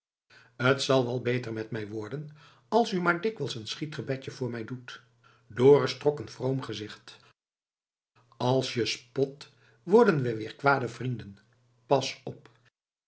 t zal wel beter met mij worden als u maar dikwijls een schietgebedje voor mij doet dorus trok een vroom gezicht als je spot worden we weer kwade vrienden pas op